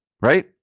Right